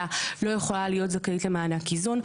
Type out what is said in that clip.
לא יכולה להיות זכאית למענק איזון,